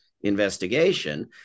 investigation